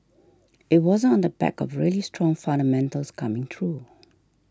it wasn't on the back of really strong fundamentals coming through